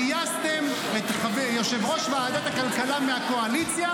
גייסתם את יושב-ראש ועדת הכלכלה מהקואליציה